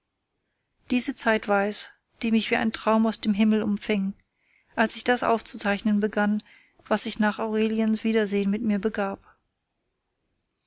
diese zeit war es die mich wie ein traum aus dem himmel umfing als ich das aufzuzeichnen begann was sich nach aureliens wiedersehen mit mir begab